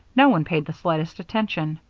no one paid the slightest attention.